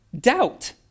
doubt